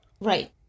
Right